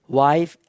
wife